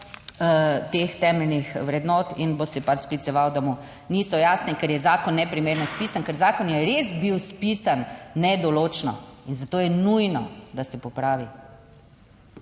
teh temeljnih vrednot in bo se pač skliceval, da mu niso jasne, ker je zakon neprimerno spisan. Ker zakon je res bil spisan nedoločno in zato je nujno, da se popravi.